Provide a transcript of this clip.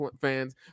fans